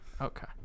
Okay